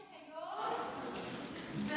אבל